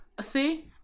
See